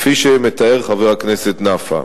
כפי שמתאר חבר הכנסת נפאע.